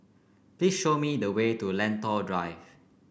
please show me the way to Lentor Drive